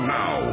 now